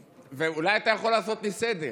אולי אתה יכול לעשות לי סדר?